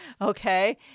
Okay